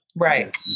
Right